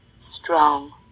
strong